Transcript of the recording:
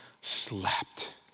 slept